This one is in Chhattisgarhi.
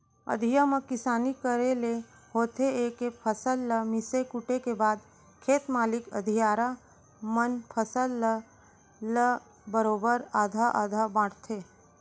अधिया म किसानी करे ले होथे ए के फसल ल मिसे कूटे के बाद खेत मालिक अधियारा मन फसल ल ल बरोबर आधा आधा बांटथें